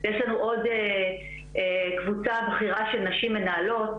יש לנו עוד קבוצה בכירה של נשים מנהלות,